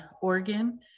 Oregon